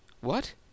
What